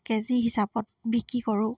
KG হিচাপত বিক্ৰী কৰোঁ